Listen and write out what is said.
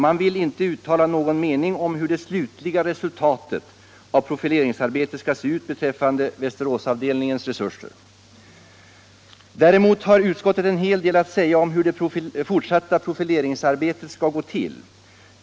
Man vill inte uttala någon mening om hur det slutliga resultatet av profileringsarbetet skall se ut beträffande Västeråsavdelningens resurser. Däremot har utskottet en hel del att säga om hur det fortsatta profileringsarbetet skall gå till.